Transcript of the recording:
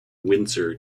windsor